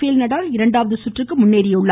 பேல் நடால் இரண்டாவது சுற்றுக்கு முன்னேறியுள்ளார்